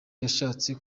yashatse